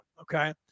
Okay